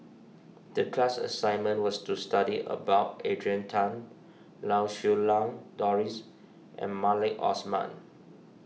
the class assignment was to study about Adrian Tan Lau Siew Lang Doris and Maliki Osman